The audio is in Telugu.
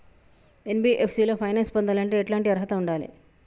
ఎన్.బి.ఎఫ్.సి లో ఫైనాన్స్ పొందాలంటే ఎట్లాంటి అర్హత ఉండాలే?